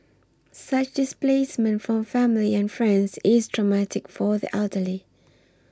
such displacement from family and friends is traumatic for the elderly